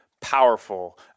powerful